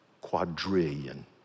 quadrillion